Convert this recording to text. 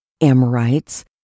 Amorites